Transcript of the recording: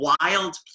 Wild